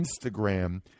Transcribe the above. Instagram